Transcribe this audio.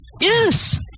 Yes